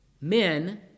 Men